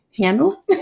handle